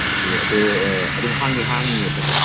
okay ꯑꯗꯣ ꯑꯗꯨꯝ ꯍꯥꯡꯗꯤ ꯍꯥꯡꯂꯤꯑꯕꯀꯣ